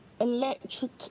electric